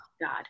God